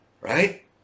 right